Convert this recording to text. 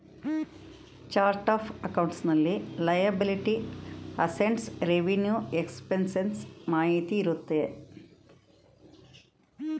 chart of accounts ನಲ್ಲಿ liability, assets, revenue expenses ಮಾಹಿತಿ ಇರುತ್ತೆ